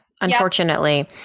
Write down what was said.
Unfortunately